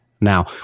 now